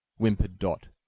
whimpered dot.